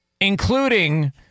including